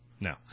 no